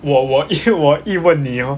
我我因为我一问你 orh